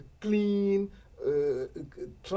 clean